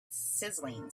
sizzling